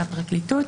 של הפרקליטות,